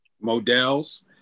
Models